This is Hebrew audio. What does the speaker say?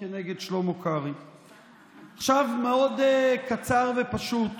לא זוכר.